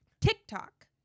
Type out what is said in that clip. TikTok